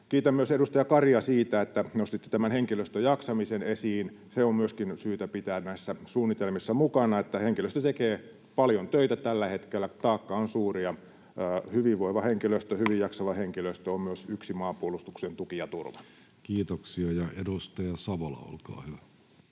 Kiitän myös edustaja Karia siitä, että nostitte tämän henkilöstön jaksamisen esiin. Se on myöskin syytä pitää näissä suunnitelmissa mukana, että henkilöstö tekee paljon töitä tällä hetkellä, taakka on suuri. Hyvinvoiva henkilöstö, hyvin jaksava henkilöstö on myös yksi maanpuolustuksen tuki ja turva. [Speech 332] Speaker: